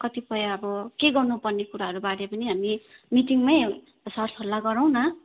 कतिपय अब के गर्नु पर्ने कुराहरू बारे पनि हामीले मिटिङमै सरसल्लाह गरौँ न